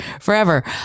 forever